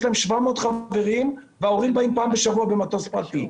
להם 700 חברים וההורים באים פעם בשבוע במטוס פרטי,